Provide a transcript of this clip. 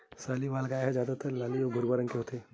साहीवाल गाय ह जादातर लाली अउ भूरवा रंग के होथे